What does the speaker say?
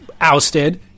ousted